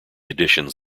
additions